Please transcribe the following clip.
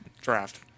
draft